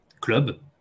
club